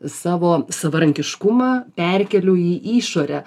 savo savarankiškumą perkeliu į išorę